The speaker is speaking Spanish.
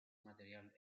material